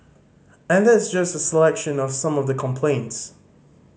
and that's just a selection of some of the complaints